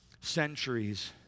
centuries